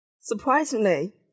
Surprisingly